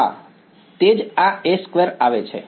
હા તેથી જ આ A સ્ક્વેર આવે છે